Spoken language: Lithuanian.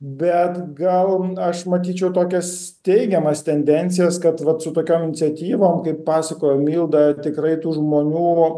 bet gal aš matyčiau tokias teigiamas tendencijas kad vat su tokiom iniciatyvom kaip pasakojo milda tikrai tų žmonių